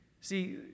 See